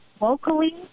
locally